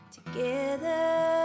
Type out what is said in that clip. Together